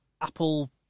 Apple